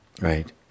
right